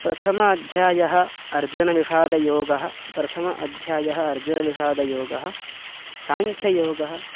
प्रथमः अध्यायः अर्जुनविषादयोगः प्रथमः अध्यायः अर्जुनविषादयोगः साङ्ख्ययोगः